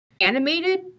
animated